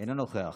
אינו נוכח,